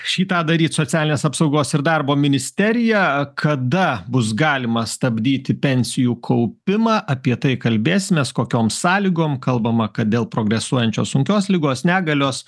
šį tą daryt socialinės apsaugos ir darbo ministerija kada bus galima stabdyti pensijų kaupimą apie tai kalbėsimės kokiom sąlygom kalbama kad dėl progresuojančios sunkios ligos negalios